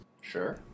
Sure